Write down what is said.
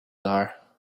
are